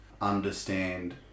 understand